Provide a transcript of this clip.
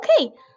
okay